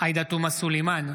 עאידה תומא סלימאן,